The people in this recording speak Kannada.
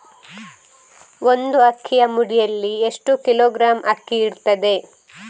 ಒಂದು ಅಕ್ಕಿಯ ಮುಡಿಯಲ್ಲಿ ಎಷ್ಟು ಕಿಲೋಗ್ರಾಂ ಅಕ್ಕಿ ಇರ್ತದೆ?